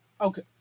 Okay